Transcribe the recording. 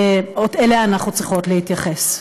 לאלה אנחנו צריכות להתייחס.